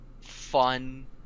Fun